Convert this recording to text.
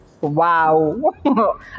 wow